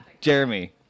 Jeremy